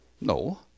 No